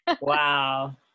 Wow